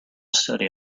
study